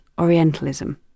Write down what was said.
Orientalism